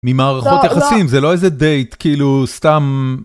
ממערכות יחסים זה לא איזה דייט כאילו סתם.